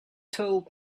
told